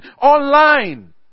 online